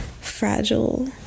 fragile